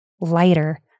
lighter